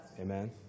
Amen